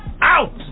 out